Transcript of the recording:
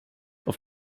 auf